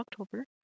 October